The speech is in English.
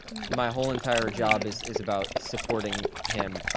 my whole entire job is is about supporting him